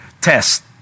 test